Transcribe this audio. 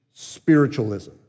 Spiritualism